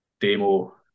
Demo